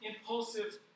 impulsive